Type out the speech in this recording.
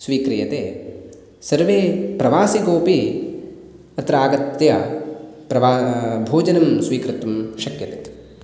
स्वीक्रियते सर्वे प्रवासिकोपि अत्र आगत्य प्रवा भोजनं स्वीकर्तुं शक्यते